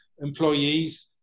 employees